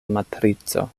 matrico